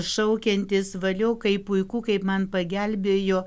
šaukiantys valio kaip puiku kaip man pagelbėjo